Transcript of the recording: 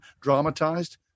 dramatized